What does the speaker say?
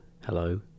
hello